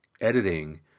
editing